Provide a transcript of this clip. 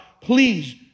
please